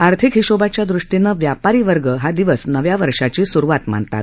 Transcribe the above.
आर्थिक हिशोबाच्या दृष्टीनं व्यापारी हा दिवस नव्या वर्षाची सुरुवात मानतात